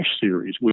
Series